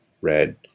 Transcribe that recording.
red